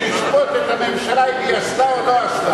ולשפוט את הממשלה אם היא עשתה או לא עשתה.